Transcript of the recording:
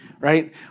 right